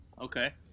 Okay